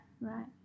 right